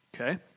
Okay